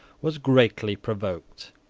was greatly provoked.